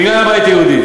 בגלל הבית היהודי.